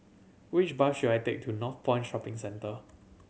which bus should I take to Northpoint Shopping Centre